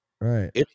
Right